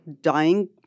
dying